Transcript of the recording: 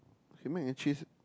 okay mac and cheese